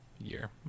year